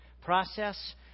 process